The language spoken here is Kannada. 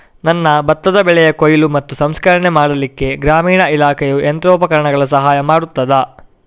ನನ್ನ ಭತ್ತದ ಬೆಳೆಯ ಕೊಯ್ಲು ಮತ್ತು ಸಂಸ್ಕರಣೆ ಮಾಡಲಿಕ್ಕೆ ಗ್ರಾಮೀಣ ಇಲಾಖೆಯು ಯಂತ್ರೋಪಕರಣಗಳ ಸಹಾಯ ಮಾಡುತ್ತದಾ?